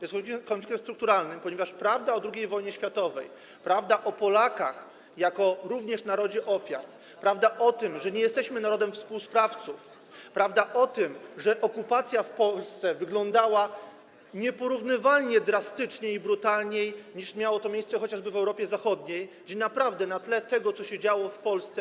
Jest konfliktem strukturalnym, ponieważ prawda o II wojnie światowej, prawda o Polakach jako narodzie również ofiar, prawda o tym, że nie jesteśmy narodem współsprawców, prawda o tym, że okupacja w Polsce wyglądała nieporównywalnie drastycznej i brutalniej, niż miało to miejsce chociażby w Europie Zachodniej, gdzie naprawdę na tle tego, co się działo w Polsce.